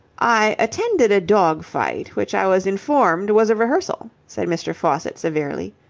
i attended a dog-fight which i was informed was a rehearsal, said mr. faucitt severely.